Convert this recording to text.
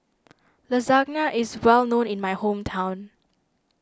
Lasagna is well known in my hometown